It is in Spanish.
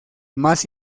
más